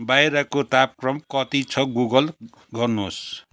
बाहिरको तापक्रम कति छ गुगल गर्नुहोस्